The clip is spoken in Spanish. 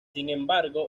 embargo